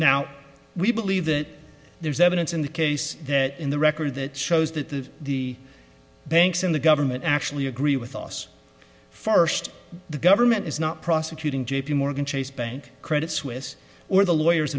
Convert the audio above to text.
now we believe that there's evidence in the case that in the record that shows that the banks and the government actually agree with oss first the government is not prosecuting j p morgan chase bank credit suisse or the lawyers